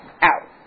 out